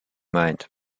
meint